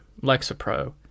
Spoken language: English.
Lexapro